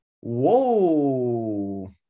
Whoa